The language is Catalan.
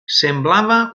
semblava